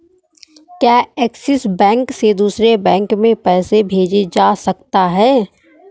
क्या Axis bank से दूसरे बैंक में पैसे भेजे जा सकता हैं?